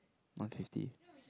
one fifty